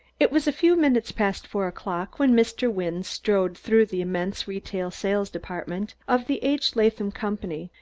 it was a few minutes past four o'clock when mr. wynne strode through the immense retail sales department of the h. latham company,